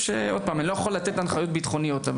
אני לא יכול לתת הנחיות ביטחונית אבל